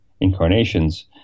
incarnations